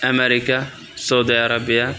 America Saudi Arabia